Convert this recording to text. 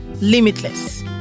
limitless